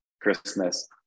christmas